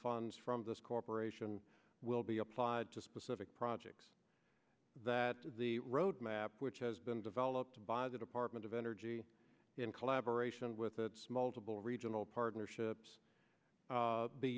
funds from this corporation will be applied to specific projects that the roadmap which has been developed by the department of energy in collaboration with its multiple regional partnerships